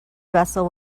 vessel